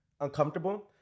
uncomfortable